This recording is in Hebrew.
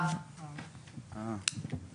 אין לנו מכשיר אחד.